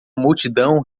multidão